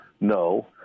No